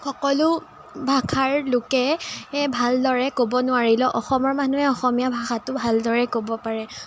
সকলো ভাষাৰ লোকে ভালদৰে ক'ব নোৱাৰিলেও অসমৰ মানুহে অসমীয়া ভাষাটো ভালদৰে ক'ব পাৰে